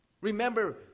Remember